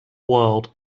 world